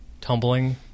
tumbling